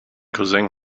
cousin